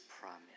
promise